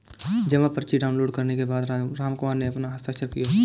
जमा पर्ची डाउनलोड करने के बाद रामकुमार ने अपना हस्ताक्षर किया